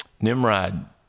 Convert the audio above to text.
Nimrod